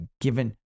given